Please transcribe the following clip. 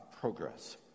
progress